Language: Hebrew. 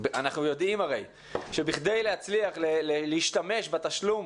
אנחנו יודעים הרי, שבכדי להצליח להשתמש בתשלום